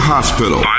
Hospital